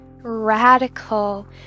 radical